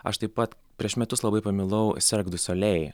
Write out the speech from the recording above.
aš taip pat prieš metus labai pamilau serg du solei